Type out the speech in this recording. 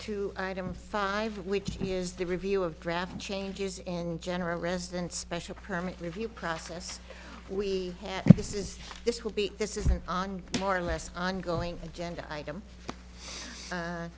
to item five which is the review of draft changes and general resident special permit review process we had this is this will be this is an on more or less ongoing agenda item